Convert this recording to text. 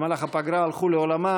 שבמהלך הפגרה הלכו לעולמם.